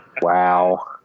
Wow